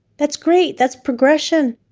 that's great! that's progression.